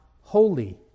holy